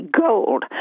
gold